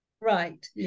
Right